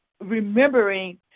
remembering